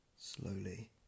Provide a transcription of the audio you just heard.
slowly